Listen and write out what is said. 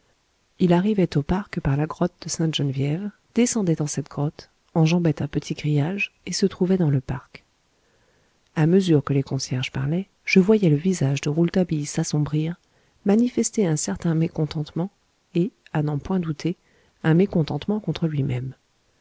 il arrivait au parc par la grotte de saintegeneviève descendait dans cette grotte enjambait un petit grillage et se trouvait dans le parc à mesure que les concierges parlaient je voyais le visage de rouletabille s'assombrir manifester un certain mécontentement et à n'en point douter un mécontentement contre lui-même